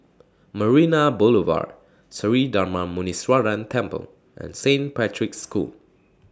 Marina Boulevard Sri Darma Muneeswaran Temple and Saint Patrick's School